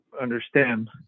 understand